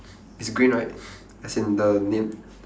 it's green right as in the name